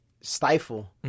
stifle